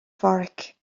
phádraig